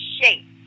shape